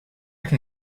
can